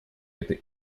этой